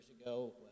ago